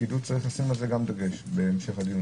צריך לשים גם על זה דגש בהמשך הדיון.